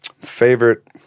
favorite